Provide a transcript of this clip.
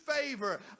favor